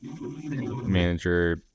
manager